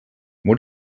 what